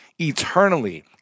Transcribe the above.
eternally